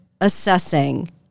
assessing